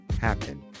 happen